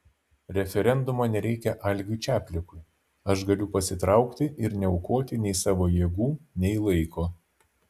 referendumo nereikia algiui čaplikui aš galiu pasitraukti ir neaukoti nei savo jėgų nei laiko